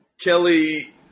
Kelly